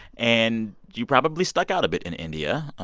and you probably stuck out a bit in india.